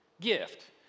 Gift